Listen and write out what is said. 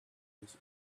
eyes